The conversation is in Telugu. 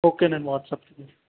ఓకే నేను వాట్స్అప్ చేస్తాను